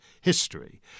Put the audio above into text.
history